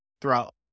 throughout